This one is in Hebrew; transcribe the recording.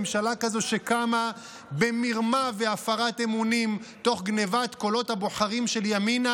ממשלה כזאת שקמה במרמה והפרת אמונים תוך גנבת קולות הבוחרים של ימינה